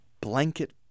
blanket